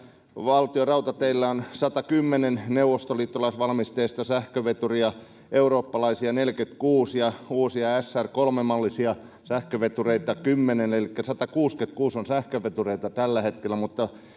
valtionrautateillä on satakymmentä neuvostoliittolaisvalmisteista sähköveturia eurooppalaisia neljäkymmentäkuusi ja uusia sr kolme mallisia sähkövetureita kymmenen elikkä satakuusikymmentäkuusi on sähkövetureita tällä hetkellä mutta